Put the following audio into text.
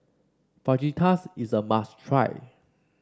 fajitas is a must try